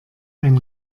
ein